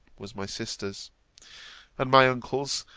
was my sister's and my uncles,